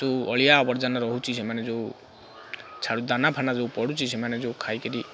ଯେଉଁ ଅଳିଆ ଅବର୍ଜନା ରହୁଛି ସେମାନେ ଯେଉଁ ଛାଡ଼ୁ ଦାନାଫାନା ଯେଉଁ ପଡ଼ୁଛି ସେମାନେ ଯେଉଁ ଖାଇକି